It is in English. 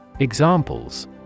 Examples